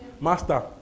Master